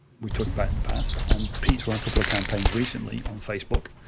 we talked about it in the past, and pete's run a couple of campaigns recently on facebook.